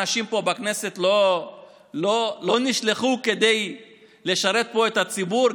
אנשים פה בכנסת לא נשלחו כדי לשרת פה את הציבור?